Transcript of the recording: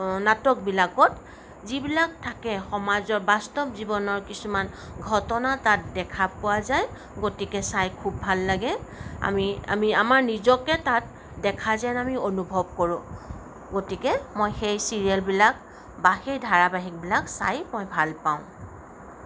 নাটকবিলাকত যিবিলাক থাকে সমাজৰ বাস্তৱ জীৱনৰ কিছুমান ঘটনা তাত দেখা পোৱা যায় গতিকে চাই খুব ভাল লাগে আমি আমাৰ নিজকে তাত দেখা যেন অনুভৱ কৰোঁ গতিকে মই সেই চিৰিয়েলবিলাক বা সেই ধাৰাবাহিকবিলাক চাই মই ভাল পাওঁ